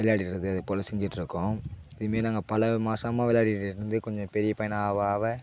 விளையாடிட்றது அதுப்போல் செஞ்சிக்கிட்டிருக்கோம் இதுமாரி நாங்கள் பல மாசமாக விளையாடிகிட்ருந்து கொஞ்சம் பெரிய பையனா ஆக ஆக